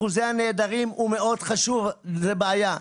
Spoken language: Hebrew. אחוזי הנעדרים הוא מאוד חשוב, זה בעיה.